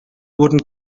wurden